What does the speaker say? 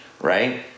right